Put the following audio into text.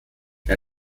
der